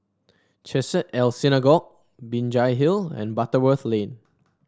Chesed El Synagogue Binjai Hill and Butterworth Lane